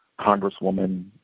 Congresswoman